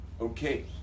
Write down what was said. Okay